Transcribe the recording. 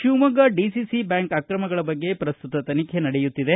Shivamogga DC bank ಆಕ್ರಮಗಳ ಬಗ್ಗೆ ಪ್ರಸ್ತುತ ತಾಖೆ ನಡೆಯುತ್ತಿದೆ